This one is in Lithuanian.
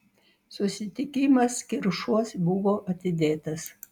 susitikimas kiršuos buvo atidėtas